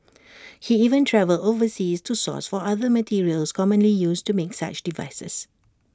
he even travelled overseas to source for other materials commonly used to make such devices